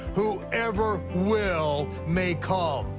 whoever will may come.